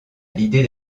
l’idée